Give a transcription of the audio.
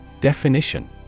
Definition